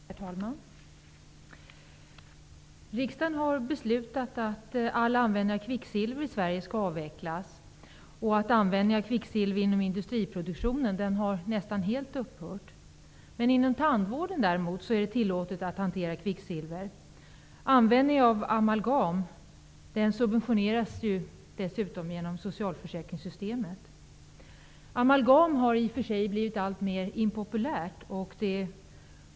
Herr talman! Riksdagen har beslutat att all användning av kvicksilver i Sverige skall avvecklas. Användningen av kvicksilver inom industriproduktionen har nästan helt upphört. Inom tandvården är det däremot tillåtet att hantera kvicksilver. Användningen av amalgam subventioneras dessutom genom socialförsäkringssystemet. Amalgam har i och för sig blivit alltmer impopulärt.